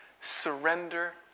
Surrender